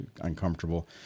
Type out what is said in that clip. uncomfortable